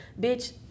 bitch